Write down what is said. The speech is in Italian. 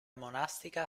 monastica